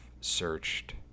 searched